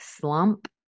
slump